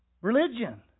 religion